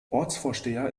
ortsvorsteher